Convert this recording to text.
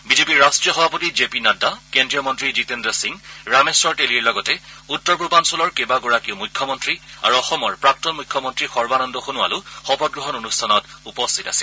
বিজেপিৰ ৰাষ্ট্ৰীয় সভাপতি জে পি নাড্ডা কেন্দ্ৰীয় মন্ত্ৰী জিতেন্দ্ৰ সিং ৰামেশ্বৰ তেলীৰ লগতে উত্তৰ পূৰ্বাঞ্চলৰ কেইবাগৰাকীও মুখ্যমন্ত্ৰী আৰু অসমৰ প্ৰাক্তন মুখ্যমন্ত্ৰী সৰ্বানন্দ সোণোৱালো শপতগ্ৰহণ অনুষ্ঠানত উপস্থিত আছিল